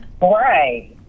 Right